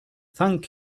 thank